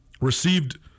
received